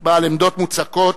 בעל עמדות מוצקות,